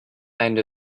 end